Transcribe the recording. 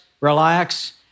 relax